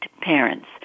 parents